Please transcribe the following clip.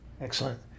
excellent